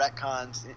retcons